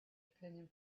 opinion